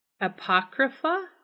Apocrypha